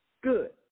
Good